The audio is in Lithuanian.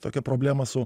tokią problemą su